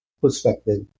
perspective